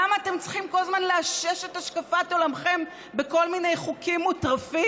למה אתם צריכים כל הזמן לאשש את השקפת עולמכם בכל מיני חוקים מוטרפים?